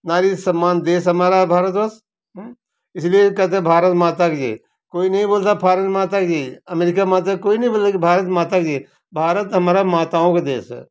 नारी सम्मान देश हमारा भारत वर्ष इसलिए कहते हैं भारत माता की कोई नहीं बोलता फौरन माता की अमेरिका माता कोई नहीं बोलेंगे कि भारत माता जी भारत हमारा माताओं का देश है